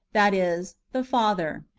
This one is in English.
that is, the father.